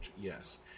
yes